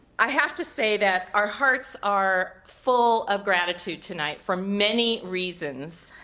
i have to say that our hearts are full of gratitude tonight for many reasons.